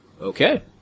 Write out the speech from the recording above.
Okay